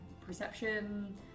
perception